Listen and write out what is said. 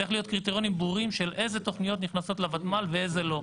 צריכים להיות קריטריונים ברורים אילו תוכניות נכנסות לוותמ"ל ואילו לא.